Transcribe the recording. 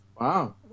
Wow